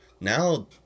now